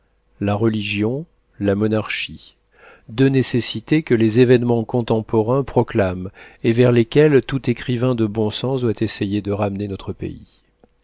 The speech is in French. la religion la monarchie deux nécessités que les événements contemporains proclament et vers lesquelles tout écrivain de bon sens doit essayer de ramener notre pays